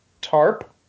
tarp